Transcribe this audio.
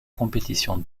compétition